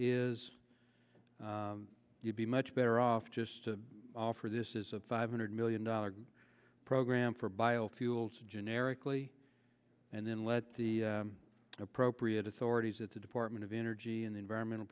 is you'd be much better off just to offer this is a five hundred million dollars program for biofuels generically and then let the appropriate authorities at the department of energy and environmental